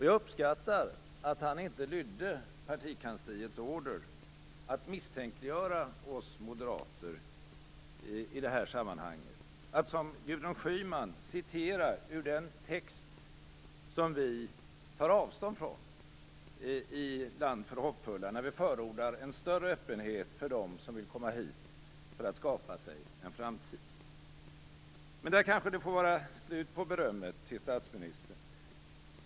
Jag uppskattar att han inte lydde partikansliets order att misstänkliggöra oss moderater i det här sammanhanget och att, som Gudrun Schyman, citera ur den text som vi tar avstånd från i Land för hoppfulla, då vi förordar en större öppenhet för dem som vill komma hit för att skapa sig en framtid. Men där kanske det får vara slut på berömmet till statsministern.